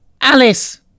Alice